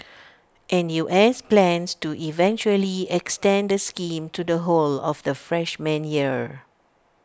N U S plans to eventually extend the scheme to the whole of the freshman year